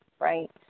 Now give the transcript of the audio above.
Right